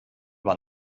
war